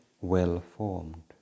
well-formed